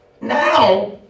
Now